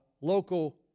local